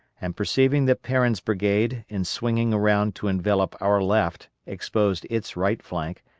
and perceiving that perrin's brigade in swinging around to envelop our left exposed its right flank,